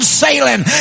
sailing